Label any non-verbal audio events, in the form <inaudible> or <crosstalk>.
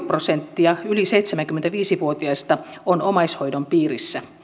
<unintelligible> prosenttia yli seitsemänkymmentäviisi vuotiaista on omaishoidon piirissä